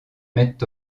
mettent